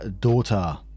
daughter